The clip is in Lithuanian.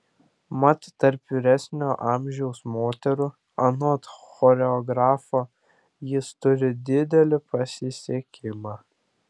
mat tarp vyresnio amžiaus moterų anot choreografo jis turi didelį pasisekimą